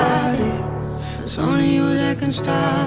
body it's only you that can stop